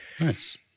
Nice